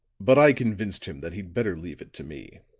but i convinced him that he'd better leave it to me.